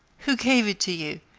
who gave it to you?